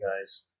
guys